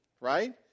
right